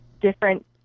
different